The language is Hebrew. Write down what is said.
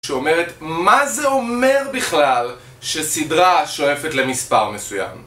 שאומרת, מה זה אומר בכלל שסדרה שואפת למספר מסוים?